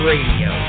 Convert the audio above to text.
Radio